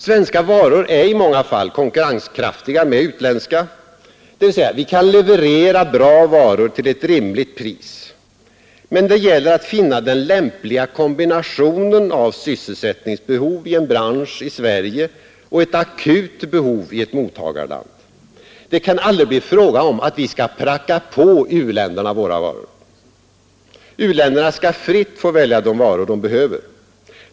Svenska varor är i många fall konkurrenskraftiga med utländska, dvs. vi kan leverera bra varor till ett rimligt pris, men det gäller att finna den lämpliga kombinationen av sysselsättningsbehov i en bransch och ett akut behov i ett mottagarland. Det kan aldrig bli fråga om att vi skall pracka på u-länderna våra varor. U-länderna skall fritt få välja de varor de behöver.